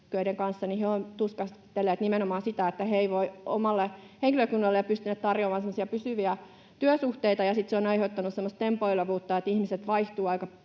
he ovat tuskastelleet nimenomaan sitä, että he eivät ole omalle henkilökunnalleen pystyneet tarjoamaan pysyviä työsuhteita, ja sitten se on aiheuttanut semmoista tempoilevuutta, että ihmiset joutuvat aina hakemaan